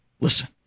listen